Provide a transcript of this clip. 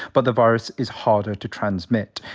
but the virus is harder to transmit.